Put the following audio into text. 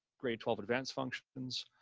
grade twelve advanced functions,